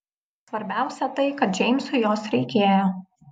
svarbiausia tai kad džeimsui jos reikėjo